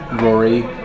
Rory